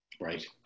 right